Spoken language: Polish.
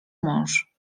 mąż